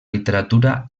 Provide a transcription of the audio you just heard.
literatura